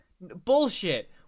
Bullshit